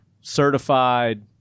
certified